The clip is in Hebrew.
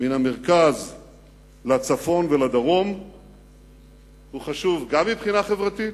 מן המרכז לצפון ולדרום הוא חשוב גם מבחינה חברתית,